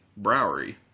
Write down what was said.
Browery